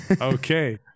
Okay